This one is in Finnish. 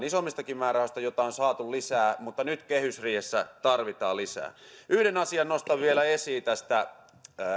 isommistakin määrärahoista joita on saatu lisää mutta nyt kehysriihessä tarvitaan lisää yhden asian nostan vielä esiin tästä